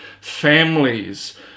families